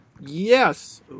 yes